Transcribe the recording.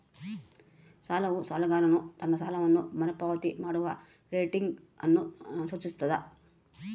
ಸಾಲವು ಸಾಲಗಾರನು ತನ್ನ ಸಾಲವನ್ನು ಮರುಪಾವತಿ ಮಾಡುವ ರೇಟಿಂಗ್ ಅನ್ನು ಸೂಚಿಸ್ತದ